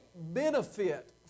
benefit